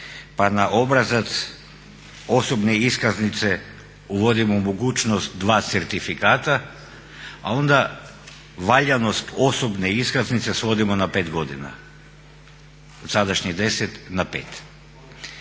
pa na obrazac osobne iskaznice uvodimo mogućnost dva certifikata, a onda valjanost osobne iskaznice svodimo na pet godina, od sadašnjih 10 na 5.